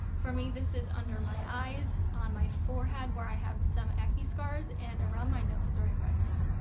for me, this is under my eyes, on my forehead, where i have some acne scars, and around my nose, where i have redness.